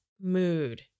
mood